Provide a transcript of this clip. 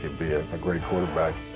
can be a great quarterback.